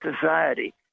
society